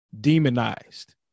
demonized